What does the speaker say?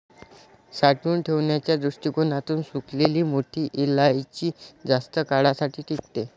साठवून ठेवण्याच्या दृष्टीकोणातून सुकलेली मोठी इलायची जास्त काळासाठी टिकते